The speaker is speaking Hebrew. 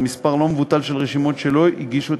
ובמספר לא מבוטל של רשימות שלא הגישו את